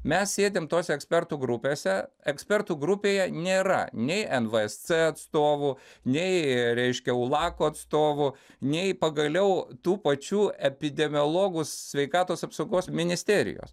mes sėdim tose ekspertų grupėse ekspertų grupėje nėra nei nvsc atstovų nei reiškia ulako nei pagaliau tų pačių epidemiologų sveikatos apsaugos ministerijos